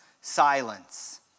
silence